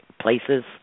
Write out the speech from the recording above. places